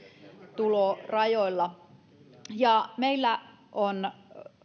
tulorajoilla meillä on